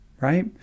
right